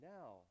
now